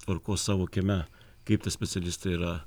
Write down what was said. tvarkos savo kieme kaip tie specialistai yra